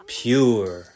pure